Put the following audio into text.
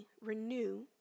renew